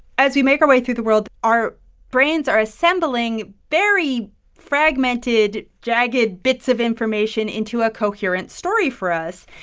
as we make our way through the world, our brains are assembling very fragmented, jagged bits of information into a coherent story for us.